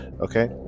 okay